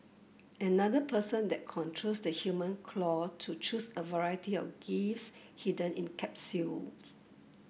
another person then controls the human claw to choose a variety of gifts hidden in capsules